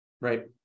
right